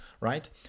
right